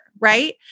Right